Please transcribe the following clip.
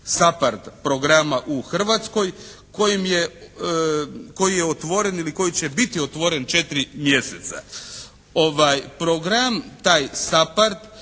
SAPARD programa u Hrvatskoj koji je otvoren ili koji će biti otvoren 4. mjeseca.